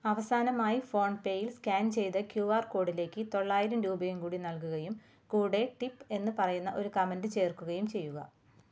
അവസാനമായി ഫോൺപേയിൽ സ്കാൻ ചെയ്ത ക്യു ആർ കോഡിലേക്ക് തൊള്ളായിരം രൂപയും കൂടി നൽകുകയും കൂടെ ടിപ്പ് എന്ന് പറയുന്ന ഒരു കമൻറ്റ് ചേർക്കുകയും ചെയ്യുക